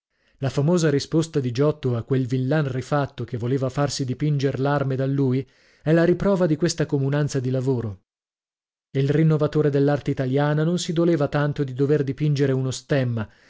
la famosa risposta di giotto a quel villan rifatto che voleva farsi dipinger l'arme da lui è la riprova di questa comunanza di lavoro il rinnovatore dell'arte italiana non si doleva tanto di dover dipingere uno stemma